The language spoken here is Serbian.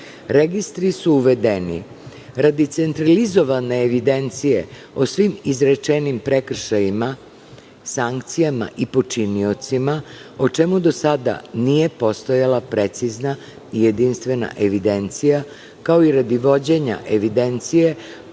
Registri su uvedeni radi centralizovane evidencije o svim izrečenim prekršajima, sankcijama i počiniocima, o čemu do sada nije postojala precizna i jedinstvena evidencija, kao i radi vođenja evidencije